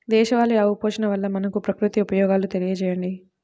దేశవాళీ ఆవు పోషణ వల్ల మనకు, ప్రకృతికి ఉపయోగాలు తెలియచేయండి?